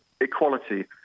equality